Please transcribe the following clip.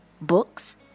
books